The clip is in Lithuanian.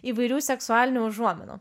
įvairių seksualinių užuominų